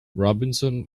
robinson